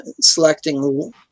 selecting